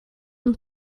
and